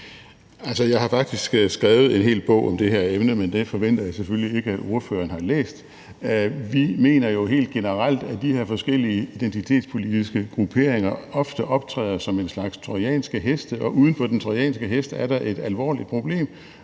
jeg har faktisk skrevet en hel bog om det her emne, men den forventer jeg selvfølgelig ikke at ordføreren har læst. Vi mener jo helt generelt, at de her forskellige identitetspolitiske grupperinger ofte optræder som en slags trojanske heste, og uden for den trojanske hest er der et alvorligt problem,